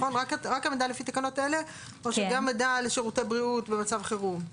רק המידע לפי תקנות אלה או שגם מידע על שירותי בריאות במצב חירום?